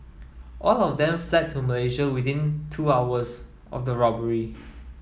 all of them fled to Malaysia within two hours of the robbery